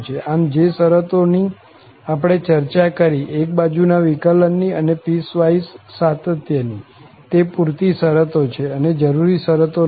આમ જે શરતો ની આપણે ચર્ચા કરી એક બાજુ ના વિકલન ની અને પીસવાઈસ સાતત્ય ની તે પુરતી શરતો છે જરૂરી શરતો નથી